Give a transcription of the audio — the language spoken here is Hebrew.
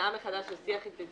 התנעה מחדש של שיח אינטנסיבי,